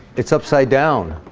it's upside down